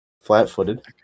Flat-footed